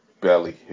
Belly